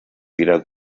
wieder